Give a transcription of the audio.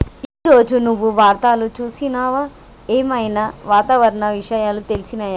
ఈ రోజు నువ్వు వార్తలు చూసినవా? ఏం ఐనా వాతావరణ విషయాలు తెలిసినయా?